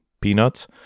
peanuts